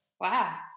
Wow